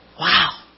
Wow